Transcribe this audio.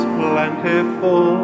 plentiful